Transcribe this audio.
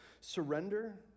surrender